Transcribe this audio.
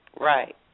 right